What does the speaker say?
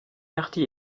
parti